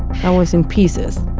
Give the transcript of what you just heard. i was in pieces.